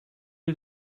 did